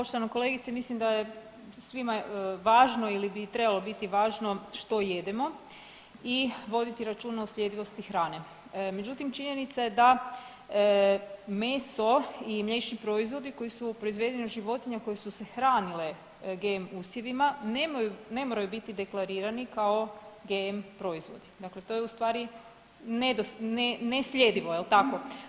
Poštovana kolegice, mislim da je svima važno ili bi trebalo biti važno što jedemo i voditi računa o sljedivosti hrane, međutim činjenica je da meso i mliječni proizvodi koji su proizvedeni od životinja koje su se hranile GM usjevima ne moraju biti deklarirani kao GM proizvodi, dakle to je ustvari nesljedivo jel tako.